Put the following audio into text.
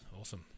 Awesome